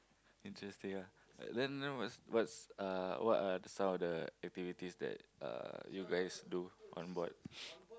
interesting ah then what's what's uh what are some of the activities that uh you guys do on board